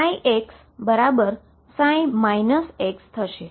એટલે કે ψxψ થશે